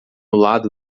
lado